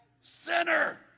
sinner